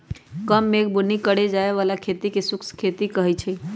कम मेघ बुन्नी के करे जाय बला खेती के शुष्क खेती कहइ छइ